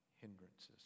hindrances